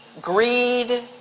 greed